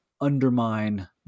undermine